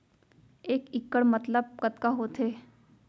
एक इक्कड़ मतलब कतका होथे?